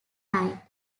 night